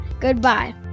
Goodbye